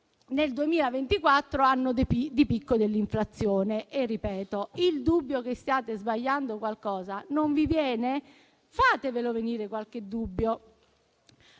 nel 2024, anno di picco dell'inflazione. Ripeto: il dubbio che stiate sbagliando qualcosa non vi viene? Fatevelo venire qualche dubbio.